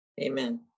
Amen